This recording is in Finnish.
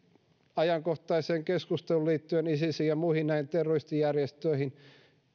ajankohtaiseen keskusteluun isisiin ja näihin muihin terroristijärjestöihin liittyen